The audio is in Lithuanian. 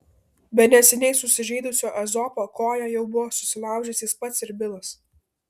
be neseniai susižeidusio ezopo koją jau buvo susilaužęs jis pats ir bilas